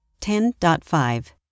10.5